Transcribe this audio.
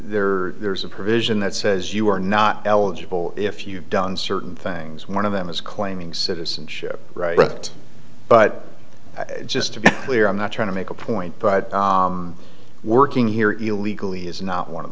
there there's a provision that says you are not eligible if you've done certain things one of them is claiming citizenship but just to be clear i'm not trying to make a point but working here illegally is not one of